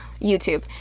YouTube